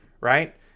right